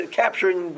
capturing